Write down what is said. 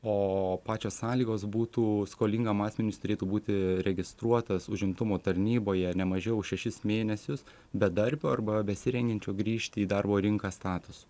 o pačios sąlygos būtų skolingam asmeniui turėtų būti registruotas užimtumo tarnyboje nemažiau šešis mėnesius bedarbio arba besirengiančio grįžti į darbo rinką statusu